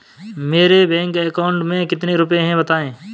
मेरे bank account में कितने रुपए हैं बताएँ?